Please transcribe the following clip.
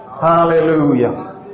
Hallelujah